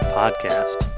podcast